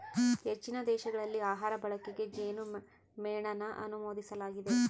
ಹೆಚ್ಚಿನ ದೇಶಗಳಲ್ಲಿ ಆಹಾರ ಬಳಕೆಗೆ ಜೇನುಮೇಣನ ಅನುಮೋದಿಸಲಾಗಿದೆ